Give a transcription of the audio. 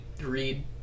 read